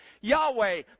Yahweh